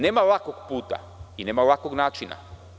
Nema lakog puta i nema lakog načina.